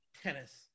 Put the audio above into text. tennis